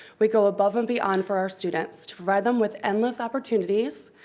we go above and beyond for our students to provide them with endless opportunities,